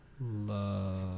Love